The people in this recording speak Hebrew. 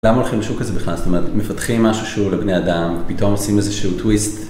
למה הולכים לשוק כזה בכלל? זאת אומרת, מפתחים משהו שהוא לבני אדם ופתאום עושים איזה שהוא טוויסט.